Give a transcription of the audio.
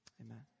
amen